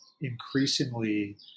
increasingly